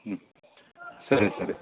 ಹ್ಞೂ ಸರಿ ಸರಿ